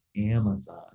Amazon